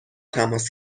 تماس